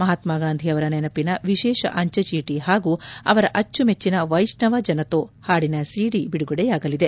ಮಹಾತ್ತಾಗಾಂಧಿ ಅವರ ನೆನಪಿನ ವಿಶೇಷ ಅಂಚೆಚೀಟ ಹಾಗೂ ಅವರ ಅಚ್ಚುಮೆಚ್ಚನ ವೈಷ್ಣವ ಜನತೊ ಹಾಡಿನ ಸಿಡಿ ಬಿಡುಗಡೆಯಾಗಲಿದೆ